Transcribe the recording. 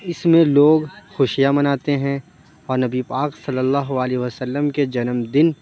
اِس میں لوگ خوشیاں مناتے ہیں اور نبی پاک صلی اللہ علیہ وسلم کے جنم دِن